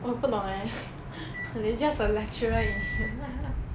我不懂 leh they just a lecturer in